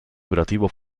operativo